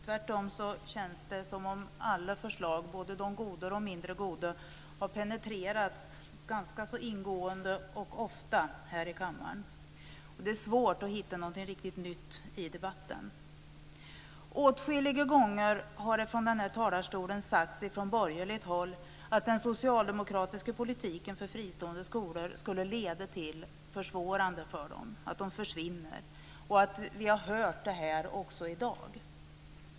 Tvärtom känns det som om alla förslag, både de goda och de mindre goda, har penetrerats ganska så ingående och ofta här i kammaren. Det är svårt att hitta något riktigt nytt i debatten. Åtskilliga gånger har det från den här talarstolen sagts från borgerligt håll att den socialdemokratiska politiken för fristående skolor skulle leda till försvårande för dem, att de försvinner. Vi har också hört det här i dag.